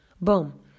Boom